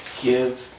Give